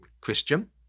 Christian